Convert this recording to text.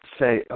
say